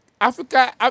Africa